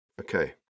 okay